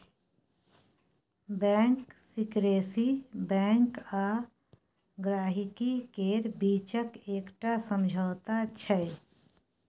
bank secrecy bank आ गांहिकी केर बीचक एकटा समझौता छै